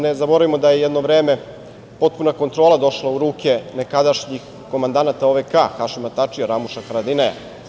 Nezaboravimo da je jedno vreme potpuna kontrola došla u ruke nekadašnjih komandanata OVK, Hašima Tačija, Ramuša Haradinaja.